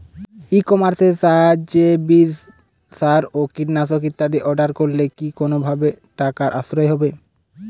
ই কমার্সের সাহায্যে বীজ সার ও কীটনাশক ইত্যাদি অর্ডার করলে কি কোনোভাবে টাকার সাশ্রয় হবে?